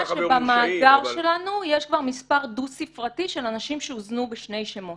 במאגר שלנו יש כבר מספר דו-ספרתי של אנשים שהוזנו בשני שמות.